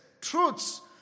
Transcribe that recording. truths